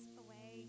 away